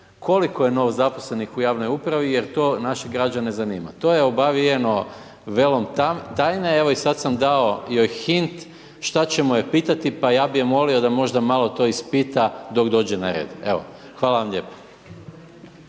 koliko je novozaposlenih u javnoj upravi jer to naše građane zanima, to je obavijeno velom tajne, evo, i sad sam dao joj hint šta ćemo je pitati, pa ja bi je molio da možda malo to ispita dok dođe na red, evo, hvala vam lijepo.